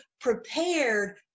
prepared